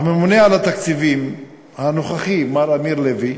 הממונה על התקציבים הנוכחי, מר אמיר לוי,